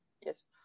yes